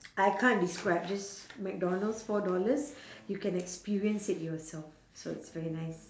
I can't describe just McDonald's four dollars you can experience it yourself so it's very nice